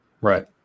Right